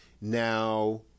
Now